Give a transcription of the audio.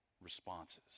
responses